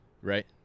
Right